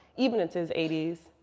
even into his eighty s.